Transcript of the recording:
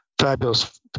Fabulous